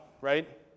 Right